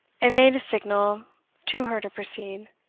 and made a signal to her to proceed.